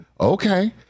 Okay